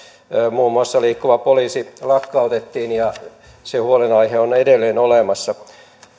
muun muassa liikkuva poliisi lakkautettiin ja se huolenaihe on edelleen olemassa